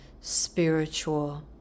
spiritual